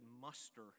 muster